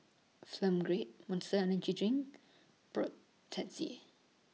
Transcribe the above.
Film Grade Monster Energy Drink